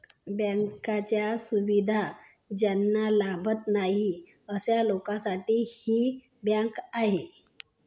बँकांच्या सुविधा ज्यांना लाभत नाही अशा लोकांसाठी ही बँक आहे